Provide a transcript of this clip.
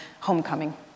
homecoming